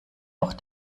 auch